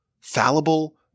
fallible